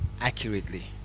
accurately